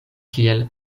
kiel